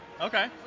Okay